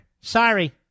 Sorry